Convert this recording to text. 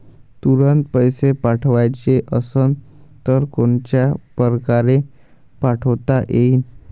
तुरंत पैसे पाठवाचे असन तर कोनच्या परकारे पाठोता येईन?